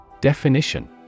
Definition